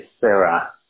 Sarah